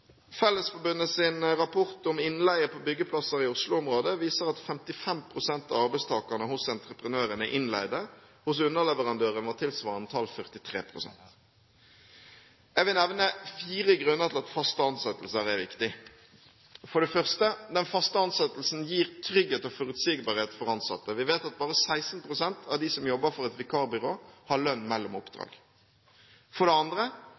rapport om innleie på byggeplasser i Oslo-området viser at 55 pst. av arbeidstakerne hos entreprenørene er innleide, hos underleverandørene var tilsvarende tall 43 pst. Jeg vil nevne fire grunner til at faste ansettelser er viktig: Den faste ansettelsen gir trygghet og forutsigbarhet for ansatte. Vi vet at bare 16 pst. av dem som jobber for et vikarbyrå, har lønn mellom oppdrag. Den faste ansettelsen gir trygghet og forutsigbarhet for